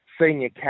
senior